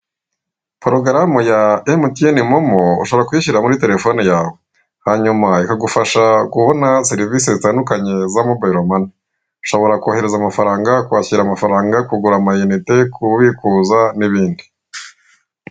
Porogaramu ya Emutiyeni momo ushobora kuyishyira muri terefone yawe hanyuma ikagufasha kubona serivise zitandukanye za mobayilo mani ushobora kohereza amafaranga, kwakira amafaranga, kugura amayinite, kubikuza n'ibindi.